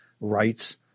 rights